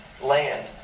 land